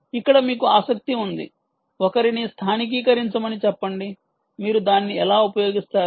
ఇక్కడ మీకు ఆసక్తి ఉంది ఒకరిని స్థానికీకరించమని చెప్పండి మీరు దాన్ని ఎలా ఉపయోగిస్తారు